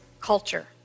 culture